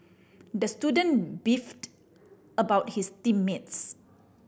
the student beefed about his team mates